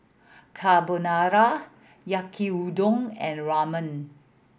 Carbonara Yaki Udon and Ramen